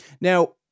Now